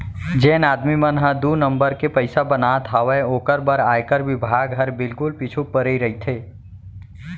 जेन आदमी मन ह दू नंबर के पइसा बनात हावय ओकर बर आयकर बिभाग हर बिल्कुल पीछू परे रइथे